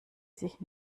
sich